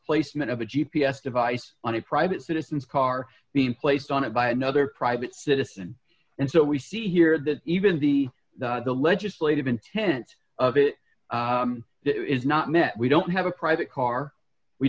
placement of a g p s device on a private citizens car being placed on it by another private citizen and so we see here that even the the legislative intent of it is not met we don't have a private car we